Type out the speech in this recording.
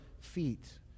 feet